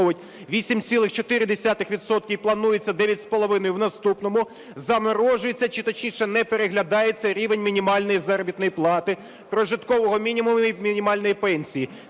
і планується 9,5 в наступному, заморожується чи, точніше, не переглядається рівень мінімальної заробітної плати, прожиткового мінімуму і мінімальної пенсії.